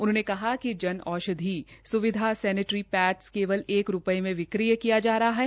उन्होंने कहा कि जन औषधि स्विधा सैनिटरी पैड़स केवल एक रूपये में विक्रय किया जा रहा है